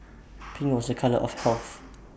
pink was A colour of health